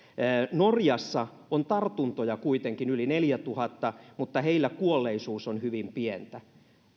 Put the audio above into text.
norjassa on tartuntoja kuitenkin yli neljätuhatta mutta heillä kuolleisuus on hyvin pientä